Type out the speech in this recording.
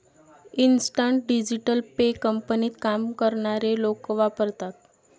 instant digital pay कंपनीत काम करणारे लोक वापरतात